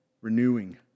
renewing